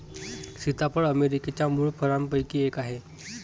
सीताफळ अमेरिकेच्या मूळ फळांपैकी एक आहे